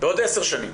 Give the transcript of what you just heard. בעוד עשר שנים,